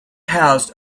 housed